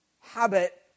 habit